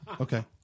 Okay